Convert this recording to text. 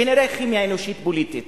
כנראה כימיה אנושית פוליטית.